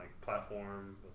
platform